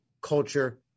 culture